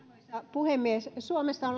puhemies suomessa on